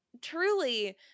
truly